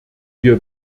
wir